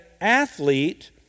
athlete